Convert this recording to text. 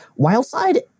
Wildside